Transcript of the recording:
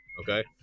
okay